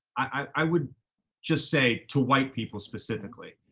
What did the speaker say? i would just say to white people specifically,